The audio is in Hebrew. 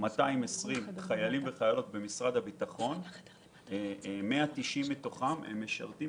220 חיילים וחיילות במשרד הביטחון 190 מתוכם משרתים